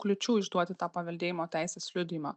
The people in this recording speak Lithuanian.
kliūčių išduoti tą paveldėjimo teisės liudijimą